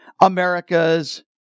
America's